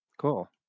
cool